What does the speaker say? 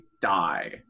die